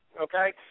okay